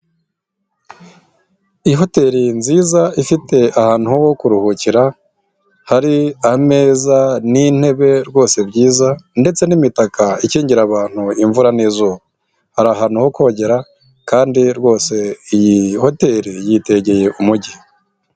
Ihoteri nziza ifite ahantu ho kuruhukira, hari ameza n'intebe rwose byiza ndetse n'imitaka ikingira abantu imvura n'izuba. Hari ahantu ho kogera kandi rwose iyi hoteri yitegeye umujyi.